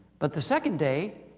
but the second day,